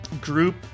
group